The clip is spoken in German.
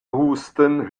husten